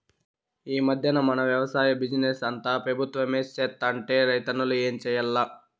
ఈ మధ్దెన మన వెవసాయ బిజినెస్ అంతా పెబుత్వమే సేత్తంటే రైతన్నలు ఏం చేయాల్ల